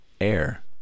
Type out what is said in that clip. Air